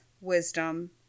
wisdom